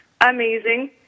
amazing